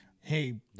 hey